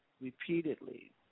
repeatedly